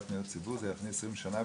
לפניות הציבור זה היה לפני 20 שנה,